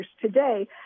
today